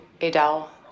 Adele